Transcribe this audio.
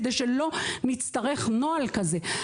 כדי שלא נצטרך נוהל כזה.